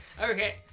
Okay